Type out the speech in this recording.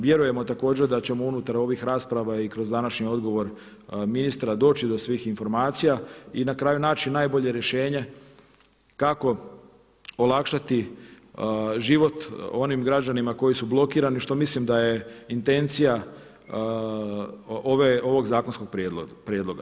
Vjerujemo također da ćemo unutar ovih rasprava i kroz današnji odgovor ministra doći do svih informacija i na kraju naći najbolje rješenje kako olakšati život onim građanima koji su blokirani što mislim da je intencija ovog zakonskog prijedloga.